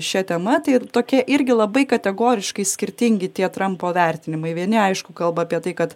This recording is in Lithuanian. šia tema tai tokie irgi labai kategoriškai skirtingi tie trumpo vertinimai vieni aišku kalba apie tai kad